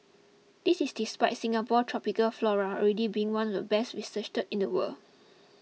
this is despite Singapore tropical flora already being one of the best researched in the world